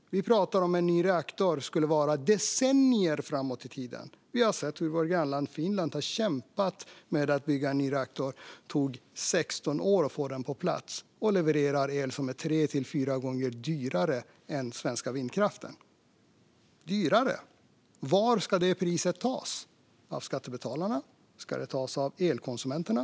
Vi talar om en ny reaktor som skulle ta decennier att bygga. Vi har sett hur vårt grannland Finland har kämpat med att bygga en ny reaktor. Det tog 16 år att få den på plats, och den levererar el som är tre till fyra gånger dyrare än elen från den svenska vindkraften. Varifrån ska pengarna tas om det blir dyrare? Av skattebetalarna? Av elkonsumenterna?